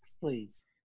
Please